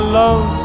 love